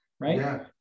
right